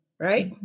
Right